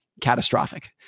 Catastrophic